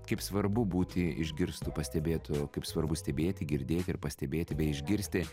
kaip svarbu būti išgirstu pastebėtu kaip svarbu stebėti girdėti ir pastebėti bei išgirsti